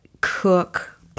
cook